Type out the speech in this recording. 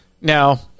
Now